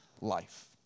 life